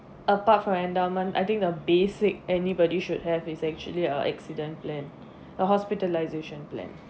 apart from endowment I think the basic anybody should have is actually uh accident plan the hospitalization plan